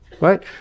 right